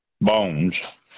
Bones